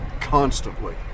constantly